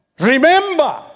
Remember